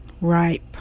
Ripe